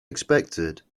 expected